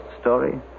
story